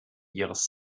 ihres